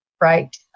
right